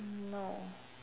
no